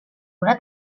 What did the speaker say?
una